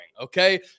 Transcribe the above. okay